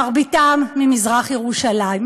מרביתם ממזרח-ירושלים.